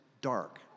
dark